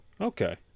Okay